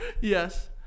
yes